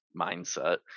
mindset